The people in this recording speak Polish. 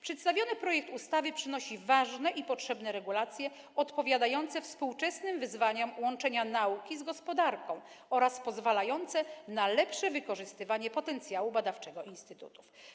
Przedstawiony projekt ustawy przynosi ważne i potrzebne regulacje, odpowiadające współczesnym wyzwaniom łączenia nauki z gospodarką oraz pozwalające na lepsze wykorzystywanie potencjału badawczego instytutów.